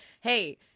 Hey